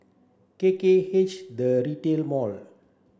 K K H The Retail Mall